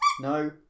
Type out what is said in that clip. No